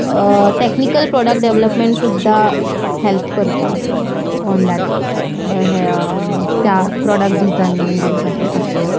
technical product development सुद्दां help करतात on that हें त्या प्रॉडक्ट डिजायनींग बीन कशें आसल्यार